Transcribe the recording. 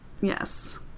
Yes